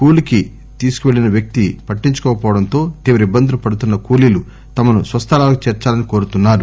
కూలికి తీసుకు పెళ్లిన వ్యక్తి పట్టించుకోకపోవడంతో తీవ్ర ఇబ్బందులు పడుతున్న కూలీలు తమను స్వస్థలాలకు చేర్సాలని కోరుతున్నారు